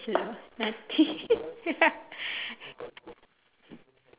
nothing